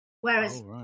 whereas